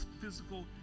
physical